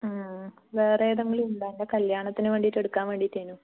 ആ ആ വേറെ എതെങ്കിലും ഉണ്ടോ എൻ്റെ കല്യാണത്തിന് വേണ്ടിയിട്ട് എടുക്കാന് വേണ്ടിറ്റേനു